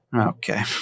Okay